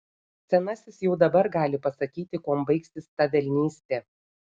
senasis jau dabar gali pasakyti kuom baigsis ta velnystė